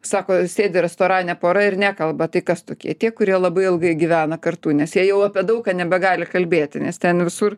sako sėdi restorane pora ir nekalba tai kas tokie tie kurie labai ilgai gyvena kartu nes jie jau apie daug ką nebegali kalbėti nes ten visur